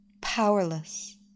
Powerless